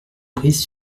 brice